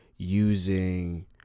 using